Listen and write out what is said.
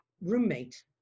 roommate